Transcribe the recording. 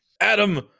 adam